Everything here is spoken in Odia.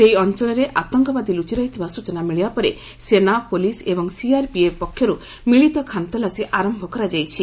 ସେହି ଅଞ୍ଚଳରେ ଆତଙ୍କବାଦୀ ଲୁଚି ରହିଥିବା ସ୍ନଚନା ମିଳିବା ପରେ ସେନା ପୁଲିସ୍ ଏବଂ ସିଆର୍ପିଏଫ୍ ପକ୍ଷରୁ ମିଳିତ ଖାନତଲାସି ଆରମ୍ଭ କରାଯାଇଛି